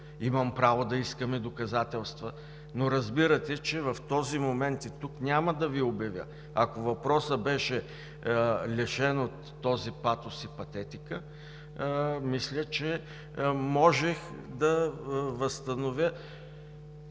имам право да искаме доказателства, но разбирате, че в този момент и тук няма да ги обявя. Ако въпросът беше лишен от този патос и патетика, мисля, че можех да възстановя